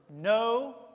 no